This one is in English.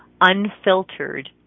unfiltered